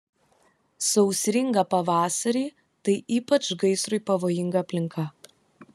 sausringą pavasarį tai ypač gaisrui pavojinga aplinka